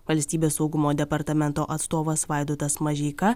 valstybės saugumo departamento atstovas vaidotas mažeika